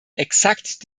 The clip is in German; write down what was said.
exakt